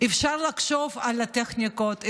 אפשר לחשוב על הטכניקות,